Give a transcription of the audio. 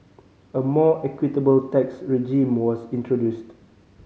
a more equitable tax regime was introduced